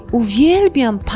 uwielbiam